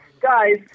Guys